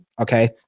okay